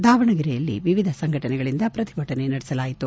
ದಾವಣಗೆರೆ ಜಿಲ್ಲೆಯಲ್ಲಿ ವಿವಿಧ ಸಂಘಟನೆಗಳಿಂದ ಪ್ರತಿಭಟನೆ ನಡೆಸಲಾಯಿತು